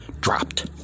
dropped